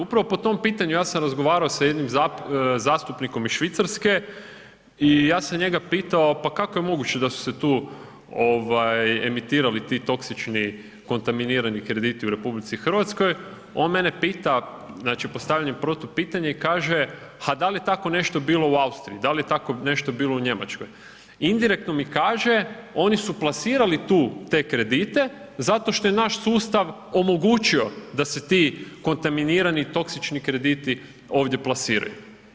Upravo po tom pitanju ja sam razgovarao sa jednim zastupnikom iz Švicarske i ja sam njega pitao pa kako je moguće da su se tu emitirali ti toksični, kontaminirani krediti u RH, on mene pita, znači postavlja protupitanje i kaže, ha dal je tako nešto bilo u Austriji, dasl je tako nešto bilo u Njemačkoj, indirektno mi kaže oni su plasirali te kredite zato što je naš sustav omogućio da se ti kontaminirani i toksični krediti ovdje plasiraju.